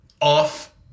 off